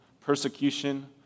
persecution